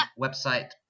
website